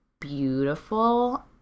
beautiful